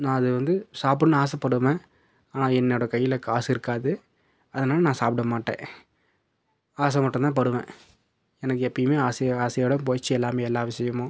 நான் அதை வந்து சாப்பிட்ணுன்னு ஆசைப்படுவேன் ஆனால் என்னோடய கையில் காசு இருக்காது அதனால் நான் சாப்பிட மாட்டேன் ஆசை மட்டும்தான்படுவேன் எனக்கு எப்போயுமே ஆசையாக ஆசையோடு போச்சு எல்லாமே எல்லா விஷயமும்